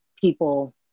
people